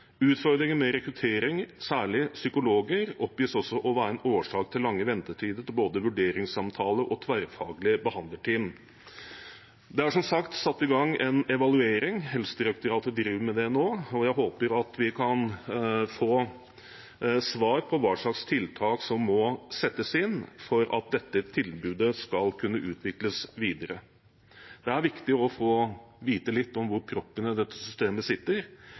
Utfordringer med rekruttering, særlig psykologer, oppgis også å være en årsak til lange ventetider til både vurderingssamtale og tverrfaglig behandlerteam.» Det er som sagt satt i gang en evaluering. Helsedirektoratet driver med det nå, og jeg håper at vi kan få svar på hva slags tiltak som må settes inn for at dette tilbudet skal kunne utvikles videre. Det er viktig å få vite litt om hvor proppen i dette systemet sitter,